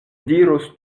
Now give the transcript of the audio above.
diros